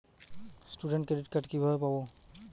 Student credit card কিভাবে পাব?